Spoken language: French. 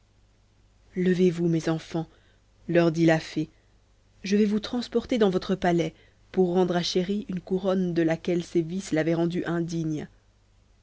levez-vous mes enfants leur dit la fée je vais vous transporter dans votre palais pour rendre à chéri une couronne de laquelle ses vices l'avaient rendu indigne